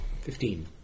Fifteen